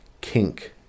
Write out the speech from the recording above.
kink